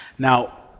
Now